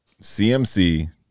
cmc